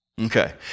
Okay